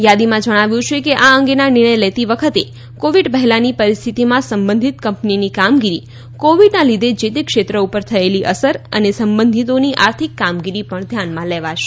યાદીમાં જણાવ્યું છે કે આ અંગેનો નિર્ણય લેતી વખતે કોવિડ પહેલાંની પરિસ્થિતિમાં સંબંધિત કંપનીની કામગીરી કોવિડના લીધે જે તે ક્ષેત્ર ઉપર થયેલી અસર અને સંબંધિતોની આર્થિક કામગીરી પણ ધ્યાનમાં લેવાશે